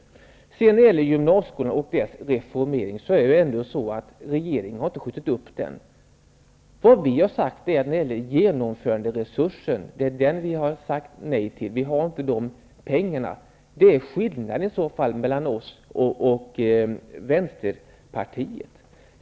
När det sedan gäller gymnasieskolans reformering vill jag peka på att regeringen inte har skjutit upp denna. Vad vi har sagt nej till är genomföranderesursen. Vi anser att det inte finns pengar till den. Det är skillnaden på denna punkt mellan oss och Vänsterpartiet.